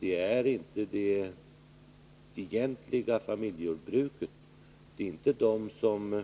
Det är inte det egentliga familjejordbruket, inte de som